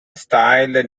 styled